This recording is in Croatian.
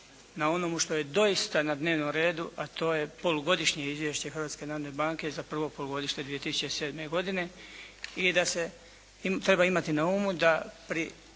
na onomu što je doista na dnevnom redu, a to je polugodišnje izvješće Hrvatske narodne banke za prvo polugodište 2007. godine i da treba imati na umu da pri